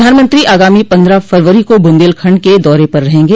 प्रधानमंत्री आगामी पन्द्रह फरवरी को बुन्देलखंड के दौरे पर रहेंगे